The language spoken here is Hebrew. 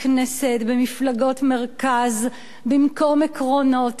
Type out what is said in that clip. במפלגות מרכז במקום עקרונות יש רק כיסאות.